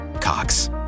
Cox